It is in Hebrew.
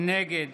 נגד